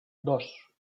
dos